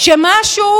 שמשהו